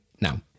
now